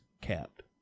capped